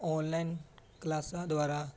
online ਕਲਾਸਾਂ ਦੁਆਰਾ